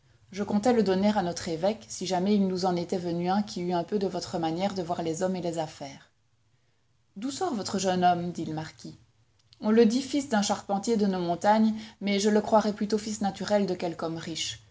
je comptais le donner à notre évêque si jamais il nous en était venu un qui eût un peu de votre manière de voir les hommes et les affaires d'où sort votre jeune homme dit le marquis on le dit fils d'un charpentier de nos montagnes mais je le croirais plutôt fils naturel de quelque homme riche